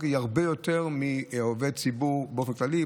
זה הרבה יותר מעובד ציבור באופן כללי,